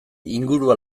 ingurua